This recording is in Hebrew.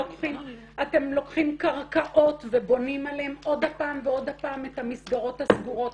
אתם לוקחים קרקעות ובונים עליהן עוד הפעם ועוד הפעם את המסגרות הסגורות.